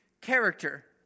character